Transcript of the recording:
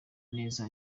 neza